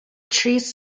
trees